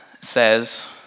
says